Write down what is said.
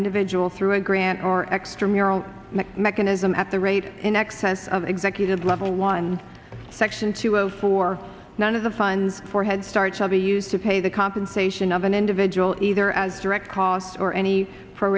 individual through a grant or extramural mechanism at the rate in excess of executive level one section two zero four one of the funds for headstart shall be used to pay the compensation of an individual either as direct costs or any